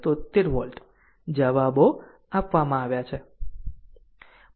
73 વોલ્ટ જવાબો આપવામાં આવ્યા છે